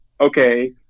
okay